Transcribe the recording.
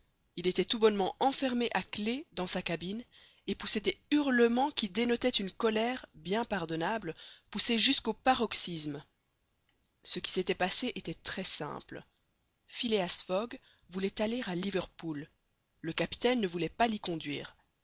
il était tout bonnement enfermé à clef dans sa cabine et poussait des hurlements qui dénotaient une colère bien pardonnable poussée jusqu'au paroxysme ce qui s'était passé était très simple phileas fogg voulait aller à liverpool le capitaine ne voulait pas l'y conduire